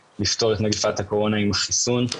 כדי לפתור את מגפת הקורונה עם החיסון,